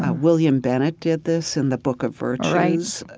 ah william bennett did this in the book of virtues, right,